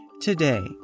Today